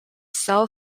cell